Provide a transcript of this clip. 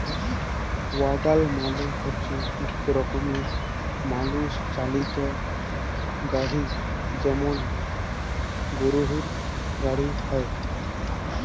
ওয়াগল মালে হচ্যে ইক রকমের মালুষ চালিত গাড়হি যেমল গরহুর গাড়হি হয়